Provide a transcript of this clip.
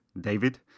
David